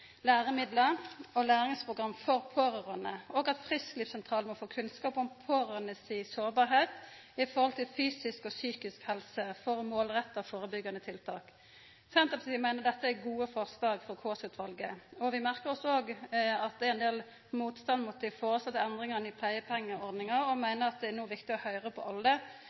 læremiddel og læringsprogram for pårørande, og at frisklivssentralane må få kunnskap om pårørande si sårbarheit i forhold til fysisk og psykisk helse for å målretta førebyggjande tiltak. Senterpartiet meiner dette er gode forslag frå Kaasa-utvalet. Vi merkar oss òg at det er ein del motstand mot dei foreslåtte endringane i pleiepengeordninga, og meiner at det no er viktig å høyra på alle